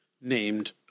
named